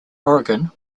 oregon